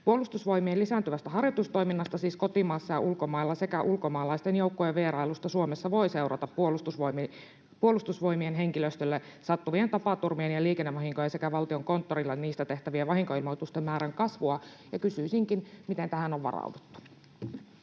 Puolustusvoimien lisääntyvästä harjoitustoiminnasta kotimaassa ja ulkomailla sekä ulkomaalaisten joukkojen vierailuista Suomessa voi seurata Puolustusvoimien henkilöstölle sattuvien tapaturmien ja liikennevahinkojen sekä Valtiokonttorille niistä tehtävien vahinkoilmoitusten määrän kasvua, ja kysyisinkin: miten tähän on varauduttu?